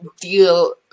deal